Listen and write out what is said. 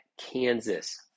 Kansas